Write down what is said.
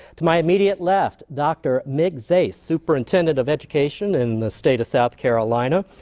to my immediate left, dr. mick zais, superintendent of education in the state of south carolina.